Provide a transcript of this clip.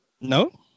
no